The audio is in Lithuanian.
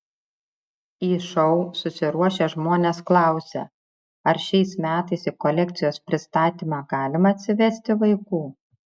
į šou susiruošę žmonės klausia ar šiais metais į kolekcijos pristatymą galima atsivesti vaikų